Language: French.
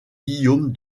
guillaume